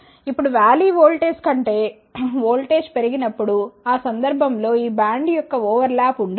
ఇప్పుడు valley voltage కంటే voltage పెరిగి నప్పుడు ఆ సందర్భం లో ఈ బ్యాండ్ యొక్క ఓవర్ ల్యాప్ ఉండదు